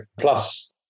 Plus